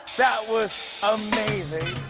that was amazing!